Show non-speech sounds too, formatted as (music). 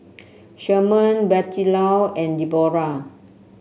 (noise) Sherman Bettylou and Debora